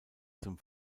zum